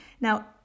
Now